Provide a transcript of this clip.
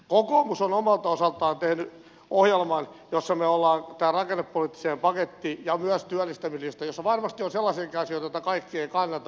kokoomus on omalta osaltaan tehnyt ohjelman jossa on tämä rakennepoliittinen paketti jossa on mukana myös työllistäminen ja jossa varmasti on sellaisiakin asioita joita kaikki eivät kannata